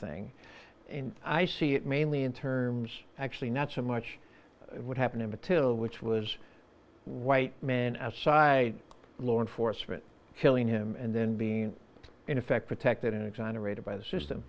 thing and i see it mainly in terms actually not so much would happen in material which was white man outside law enforcement killing him and then being in effect protected and exonerated by the system